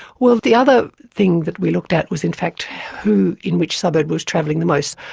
well, the other thing that we looked at was in fact who in which suburb was travelling the most.